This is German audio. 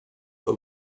the